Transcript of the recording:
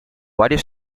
varios